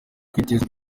kwiteza